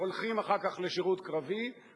הולכים אחר כך לשירות קרבי,